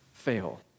fail